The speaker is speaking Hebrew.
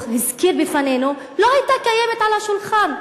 הזכיר בפנינו לא הייתה קיימת על השולחן.